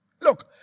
Look